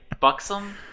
Buxom